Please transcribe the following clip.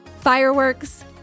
Fireworks